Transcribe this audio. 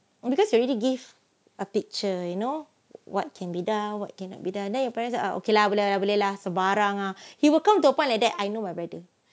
because you already give a picture you know what can be done what cannot be done then your parents ah okay lah boleh lah boleh lah sembarang ah he will come to a point like that I know my brother